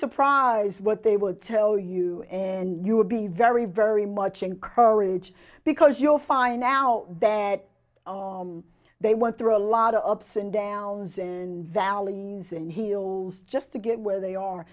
surprised what they would tell you and you would be very very much in courage because you'll find out that they went through a lot of sin downs in valleys and heels just to get where they are